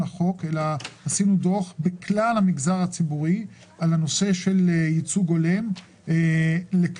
עשינו דוח בכלל המגזר הציבורי על הנושא של ייצוג הולם לכל